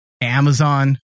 Amazon